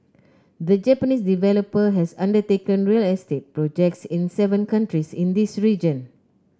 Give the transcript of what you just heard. the Japanese developer has undertaken real estate projects in seven countries in this region